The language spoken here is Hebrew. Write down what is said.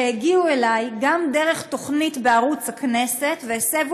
שהגיעו אלי גם דרך תוכנית בערוץ הכנסת והסבו